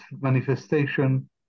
manifestation